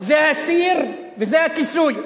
זה הסיר וזה המכסה,